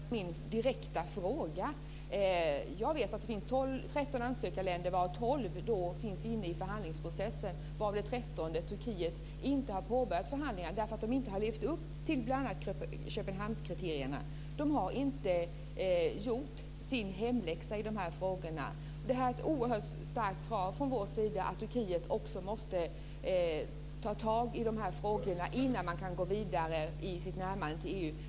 Fru talman! Murad Artin undvek min direkta fråga. Jag vet att det finns 13 ansökarländer, varav 12 finns inne i förhandlingsprocessen medan det trettonde, Turkiet, inte har påbörjat förhandlingarna därför att det landet inte har levt upp till bl.a. Köpenhamnskriterierna. Det har inte gjort sin hemläxa i de här frågorna. Det är ett oerhört starkt krav från vår sida att Turkiet måste ta tag i de frågorna innan man kan gå vidare i sitt närmande till EU.